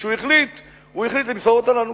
כשהוא החליט, הוא החליט למסור אותה לנו.